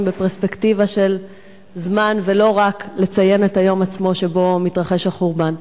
בפרספקטיבה של זמן ולא רק לציין את היום עצמו שבו מתרחש החורבן.